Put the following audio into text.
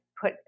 put